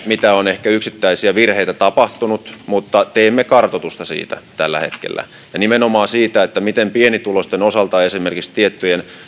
mitä ehkä yksittäisiä virheitä on tapahtunut mutta teemme kartoitusta siitä tällä hetkellä ja nimenomaan pienituloisten osalta esimerkiksi tiettyjen